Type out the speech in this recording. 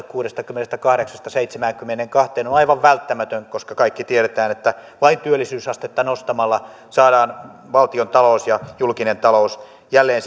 kuudestakymmenestäkahdeksasta seitsemäänkymmeneenkahteen on aivan välttämätön koska kaikki tiedämme että vain työllisyysastetta nostamalla saadaan valtiontalous ja julkinen talous jälleen